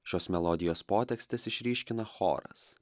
šios melodijos potekstes išryškina choras